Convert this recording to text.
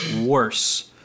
worse